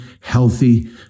healthy